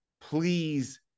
please